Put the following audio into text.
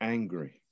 Angry